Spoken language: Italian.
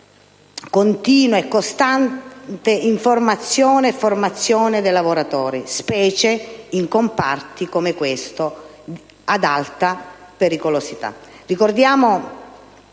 continua e costante informazione e formazione dei lavoratori, specie in comparti, come questo, ad alta pericolosità.